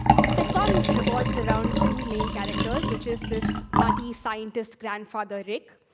the sitcom revolves around two main characters, which is this nutty scientist grandfather, rick,